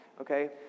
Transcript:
okay